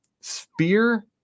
Spear